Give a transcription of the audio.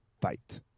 fight